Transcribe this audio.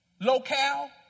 locale